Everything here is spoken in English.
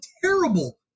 terrible